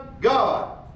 God